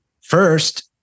First